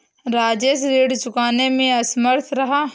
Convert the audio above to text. राजेश ऋण चुकाने में असमर्थ रहा